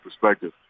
perspective